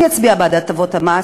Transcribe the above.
אני אצביע בעד הטבות המס,